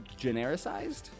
genericized